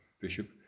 bishop